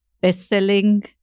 best-selling